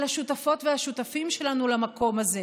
על השותפות והשותפים שלנו למקום הזה,